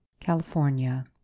California